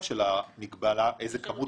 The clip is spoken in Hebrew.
איזה כמות